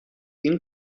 این